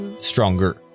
Stronger